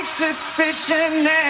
suspicion